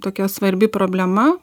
tokia svarbi problema